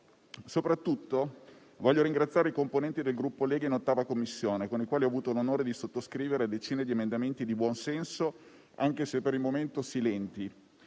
Soprattutto voglio ringraziare i componenti del Gruppo Lega in 8a Commissione, con i quali ho avuto l'onore di sottoscrivere decine di emendamenti di buon senso, anche se per il momento silenti,